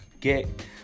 get